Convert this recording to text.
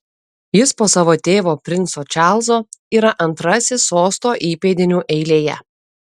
jis po savo tėvo princo čarlzo yra antrasis sosto įpėdinių eilėje